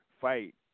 fight